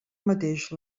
mateix